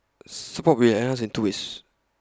support will be enhanced in two ways